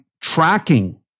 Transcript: tracking